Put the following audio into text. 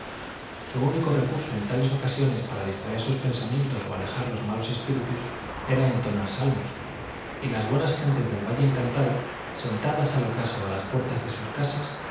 su único recurso en tales ocasiones para distraer sus pensamientos o alejar los malos espíritus era entonar salmos y las buenas gentes del valle encantado sentadas al ocaso a las puertas de sus casas